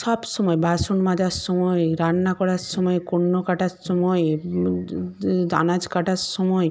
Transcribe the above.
সব সময় বাসন মাজার সময় রান্না করার সময় কুটনো কাটার সময় আনাজ কাটার সময়